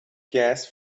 gas